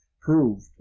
proved